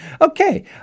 okay